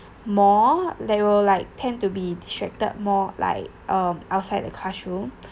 more they will like tend to be distracted more like um outside the classroom